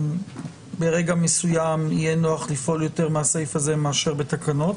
שברגע מסוים יהיה נוח לפעול יותר מהסעיף הזה מאשר בתקנות.